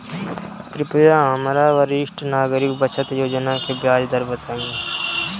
कृपया हमरा वरिष्ठ नागरिक बचत योजना के ब्याज दर बताई